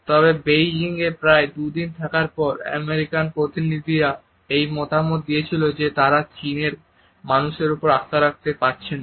তবে বেজিংয়ে প্রায় দুদিন থাকার পর আমেরিকান প্রতিনিধিরা এই মতামত দিয়েছিল যে তারা চীনের মানুষদের ওপর আস্থা রাখতে পারছেন না